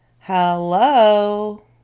Hello